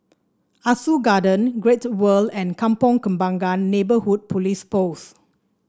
Ah Soo Garden Great World and Kampong Kembangan Neighbourhood Police Post